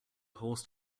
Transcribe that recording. horse